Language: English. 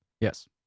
Yes